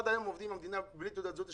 עד היום עובדים עם המדינה בלי תעודה זהות.